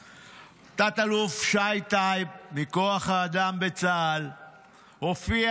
תת-אלוף שי טייב מכוח האדם בצה"ל הופיע